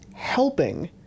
Helping